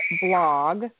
blog